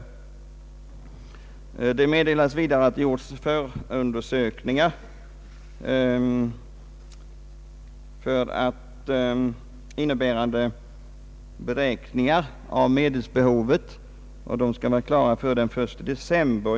Vidare meddelas, att förundersökningar har gjorts innebärande beräkningar av medelsbehovet. De skall vara klara före den 1 december.